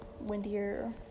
windier